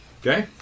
Okay